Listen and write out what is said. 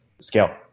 scale